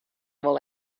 wol